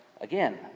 again